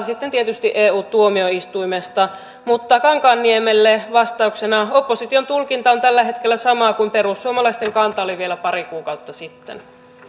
sitten tietysti eu tuomioistuimesta mutta kankaanniemelle vastauksena opposition tulkinta on tällä hetkellä sama kuin perussuomalaisten kanta oli vielä pari kuukautta sitten